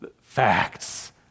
Facts